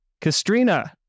Kastrina